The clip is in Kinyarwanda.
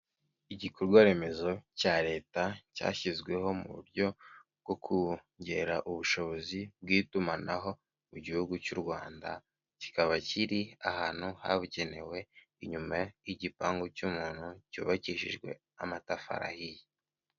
Igikorwa remezo cya leta cyashyizweho mu buryo bwo kongera ubushobozi bw'itumanaho mu gihugu cy'u Rwanda, kikaba kiri ahantu habugenewe inyuma y'igipangu cy'umuntu cyubakishijwe amatafari ahiye.